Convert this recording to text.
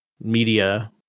media